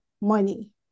money